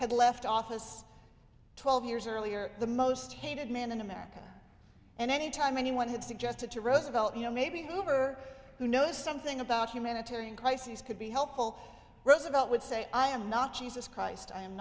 had left office twelve years earlier the most hated man in america and any time anyone had suggested to roosevelt you know maybe hoover who knows something about humanitarian crises could be helpful roosevelt would say i am not jesus christ